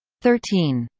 thirteen.